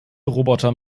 roboter